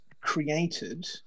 created